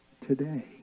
today